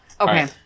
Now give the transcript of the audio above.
Okay